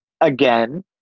again